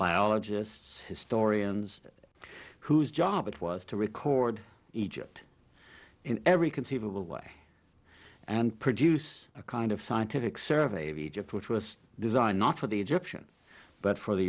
biologists historians whose job it was to record egypt in every conceivable way and produce a kind of scientific survey of egypt which was designed not for the egyptian but for the